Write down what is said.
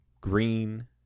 green